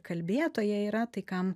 kalbėtoja yra tai kam